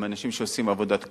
הם אנשים שעושים עבודת קודש,